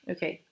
Okay